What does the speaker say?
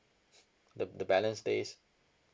the the balance days